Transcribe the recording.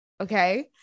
Okay